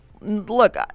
Look